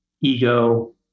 ego